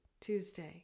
Tuesday